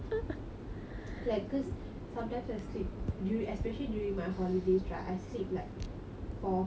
like because sometimes I sleep during especially during my holiday right I sleep like four five A_M